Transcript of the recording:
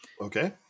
Okay